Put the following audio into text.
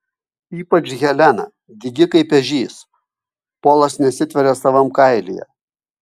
ypač helena dygi kaip ežys polas nesitveria savam kailyje